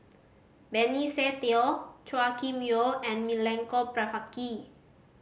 Benny Se Teo Chua Kim Yeow and Milenko Prvacki